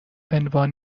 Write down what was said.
عنوان